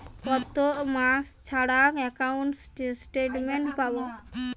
কয় মাস ছাড়া একাউন্টে স্টেটমেন্ট পাব?